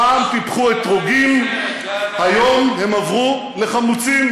פעם פיתחו אתרוגים, היום הם עברו לחמוצים.